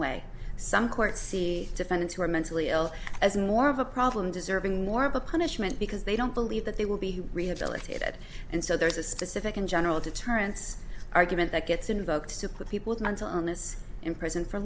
way some courts see defendants who are mentally ill as more of a problem deserving more of a punishment because they don't believe that they will be rehabilitated and so there's a specific and general deterrence argument that gets invoked to put people to mental illness in prison for